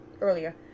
earlier